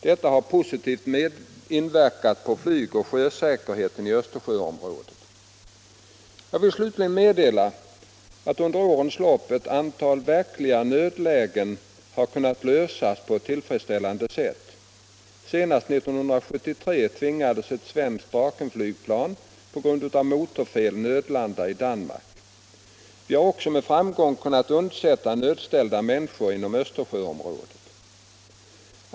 Detta har positivt inverkat på flygoch sjösäkerheten i Östersjöområdet. Jag vill slutligen meddela att under årens lopp ett antal verkliga nödlägen har kunnat klaras på tillfredsställande sätt — senast 1973 tvingades ett svenskt Drakenflygplan på grund av motorfel nödlanda i Danmark. Vi har också med framgång kunnat undsätta nödställda människor inom Östersjöområdet.